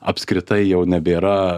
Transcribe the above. apskritai jau nebėra